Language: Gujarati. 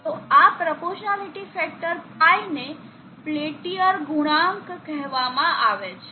તો આ પ્રોપોસ્નાલીટી ફેક્ટર pi ને પેલ્ટીયર ગુણાંક કહેવામાં આવે છે